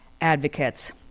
advocates